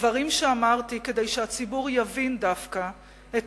דברים שאמרתי כדי שהציבור יבין דווקא את